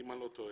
אם אני לא טועה